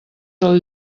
del